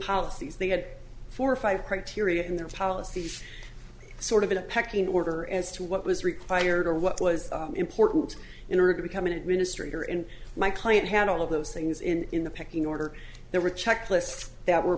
policies they had four or five criteria in their policy sort of a pecking order as to what was required or what was important in order to become an administrator and my client had all of those things in in the pecking order there were